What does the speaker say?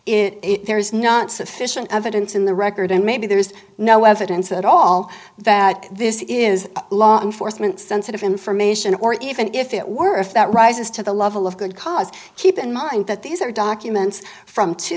because it there is not sufficient evidence in the record and maybe there's no evidence at all that this is law enforcement sensitive information or even if it were if that rises to the level of good cause keep in mind that these are documents from two